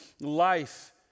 life